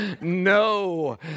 No